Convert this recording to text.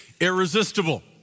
Irresistible